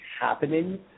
happening